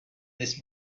this